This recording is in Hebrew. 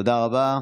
תודה רבה.